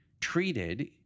treated